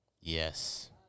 Yes